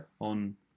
on